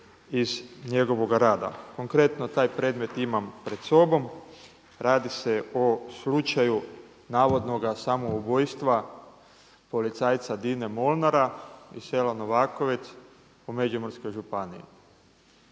iz njegovoga rada. Konkretno taj predmet imam pred sobom. Radi se o slučaju navodnoga samoubojstva policajca Dine Molnara iz sela Novakovec u Međimurskoj županiji.